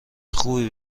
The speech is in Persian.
خوبی